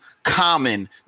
common